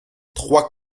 trois